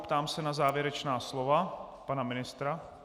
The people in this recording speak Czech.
Ptám se na závěrečná slova pana ministra.